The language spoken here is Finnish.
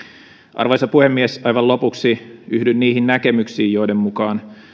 arvoisa puhemies aivan lopuksi yhdyn niihin näkemyksiin joiden mukaan